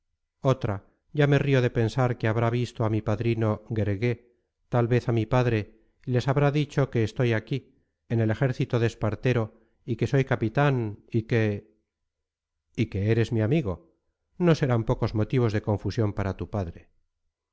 otra ya me río de pensar que habrá visto a mi padrino guergué tal vez a mi padre y les habrá dicho que estoy aquí en el ejército de espartero y que soy capitán y que y que eres mi amigo no serán pocos motivos de confusión para tu padre